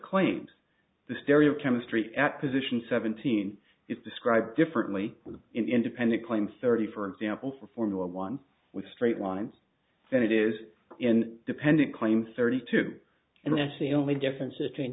claims the stereo chemistry at position seventeen is described differently independent claim thirty for example for formula one with straight lines then it is in dependent claim thirty two and i see only differences between